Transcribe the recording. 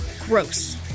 Gross